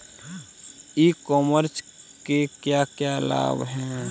ई commerce के क्या क्या लाभ हैं?